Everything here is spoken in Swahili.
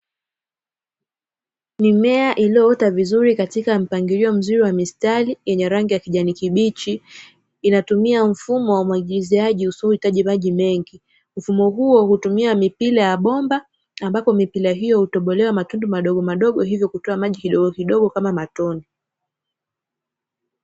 Mimea iliyoota vizuri katika mpangilio mzuri wa mistari, yenye rangi ya kijani kibichi, inatumia mfumo wa umwagiliziaji usiohitaji maji mengi, mfumo huo hutumia mipira ya bomba ambapo mipira hiyo hutobolewa matundu madogomadogo, hivyo hutoa maji kidogokidogo kama matone.